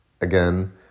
Again